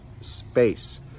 space